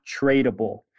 tradable